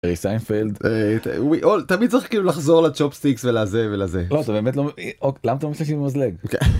הרי סיינפלד, תמיד צריך כאילו לחזור לצ'ופסטיקס ולזה ולזה. זה באמת לא.. למה אתה מביא סכין ומזלג?